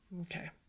Okay